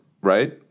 right